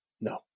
no